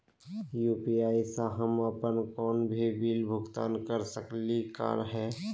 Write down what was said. UPI स हम अप्पन कोनो भी बिल भुगतान कर सकली का हे?